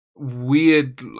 Weird